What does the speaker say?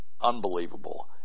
Unbelievable